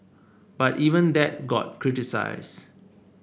but even that got criticise